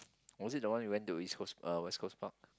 was it the one we went to East-Coast uh West-Coast-Park